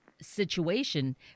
situation